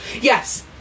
yes